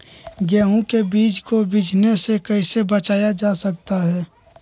गेंहू के बीज को बिझने से कैसे बचाया जा सकता है?